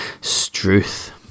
Struth